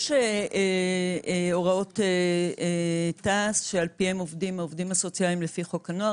יש הוראות תע"ס שעל פיהן עובדים העובדים הסוציאליים לפי חוק הנוער,